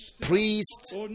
priest